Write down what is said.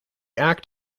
act